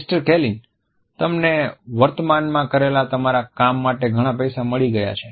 mister Kaylin તમને વર્તમાનમાં કરેલા તમારા કામ માટે ઘણા પૈસા મળી ગયા છે